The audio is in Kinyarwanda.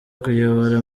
kuyobora